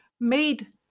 made